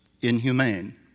inhumane